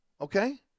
okay